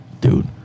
Dude